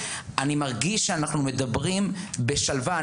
אני מרגיש שאנחנו מדברים בשלווה,